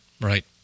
right